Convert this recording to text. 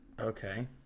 Okay